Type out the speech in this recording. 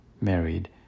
married